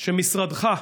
כי משרדך,